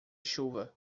chuva